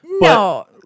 No